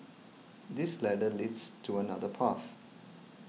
this ladder leads to another path